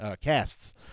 casts